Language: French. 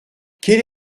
quelle